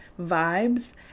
vibes